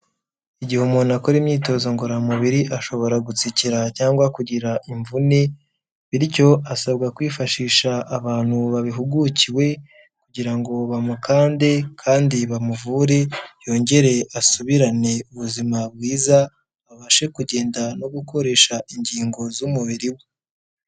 Igihe umuntu akora imyitozo ngororamubiri ashobora gutsikira cyangwa kugira imvune, bityo asabwa kwifashisha abantu babihugukiwe kugira ngo bamukande kandi bamuvure, yongere asubirane ubuzima bwiza abashe kugenda no gukoresha ingingo z'umubiri we.